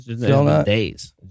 Days